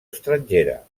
estrangera